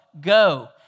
Go